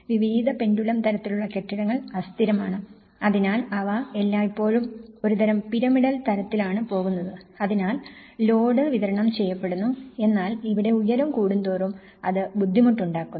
വിപരീത പെൻഡുലം തരത്തിലുള്ള കെട്ടിടങ്ങൾ അസ്ഥിരമാണ് അതിനാൽ അവ എല്ലായ്പ്പോഴും ഒരുതരം പിരമിഡൽ തരത്തിലാണ് പോകുന്നത് അതിനാൽ ലോഡ് വിതരണം ചെയ്യപ്പെടുന്നു എന്നാൽ ഇവിടെ ഉയരം കൂടുന്തോറും അത് ബുദ്ധിമുട്ടാകുന്നു